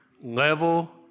level